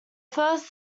first